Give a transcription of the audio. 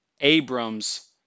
Abram's